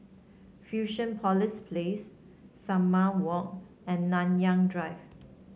Fusionopolis Place Salam Walk and Nanyang Drive